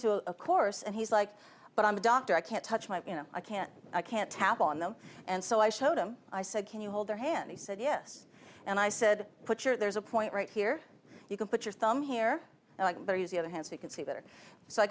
to a course and he's like but i'm a doctor i can't touch my you know i can't i can't tap on them and so i showed him i said can you hold their hand he said yes and i said put your there's a point right here you can put your thumb here and there you see other hands you can see better so i